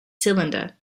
cylinder